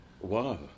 Wow